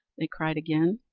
they cried again.